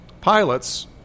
pilots